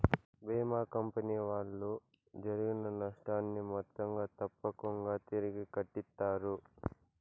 భీమా company వాళ్ళు జరిగిన నష్టాన్ని మొత్తంగా తప్పకుంగా తిరిగి కట్టిత్తారు